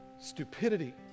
stupidity